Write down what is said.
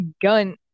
gun